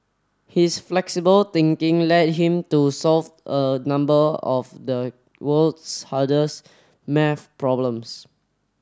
his flexible thinking led him to solve a number of the world's hardest maths problems